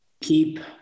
keep